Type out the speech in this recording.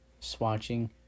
swatching